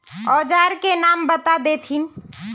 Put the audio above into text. औजार के नाम बता देथिन?